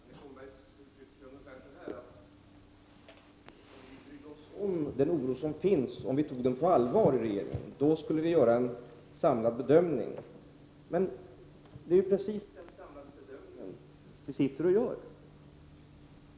Herr talman! Jag har litet svårt att förstå Annika Åhnbergs sätt att resonera. Hon uttrycker sig ungefär så, att om vi brydde oss om den oro som finns, om vi tog den på allvar i regeringen, då skulle vi göra en samlad bedömning. Men det är ju precis den samlade bedömningen vi gör.